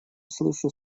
слышу